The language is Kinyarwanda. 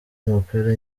umupira